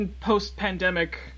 post-pandemic